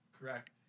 Correct